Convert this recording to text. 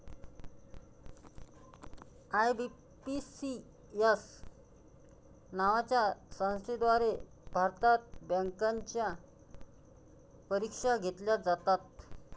IBPS नावाच्या संस्थेद्वारे भारतात बँकांच्या परीक्षा घेतल्या जातात